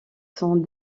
sont